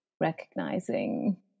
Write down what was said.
recognizing